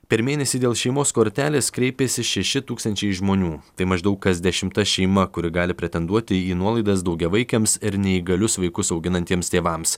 per mėnesį dėl šeimos kortelės kreipėsi šeši tūkstančiai žmonių tai maždaug kas dešimta šeima kuri gali pretenduoti į nuolaidas daugiavaikėms ir neįgalius vaikus auginantiems tėvams